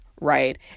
Right